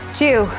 two